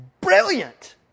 brilliant